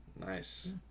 Nice